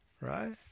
right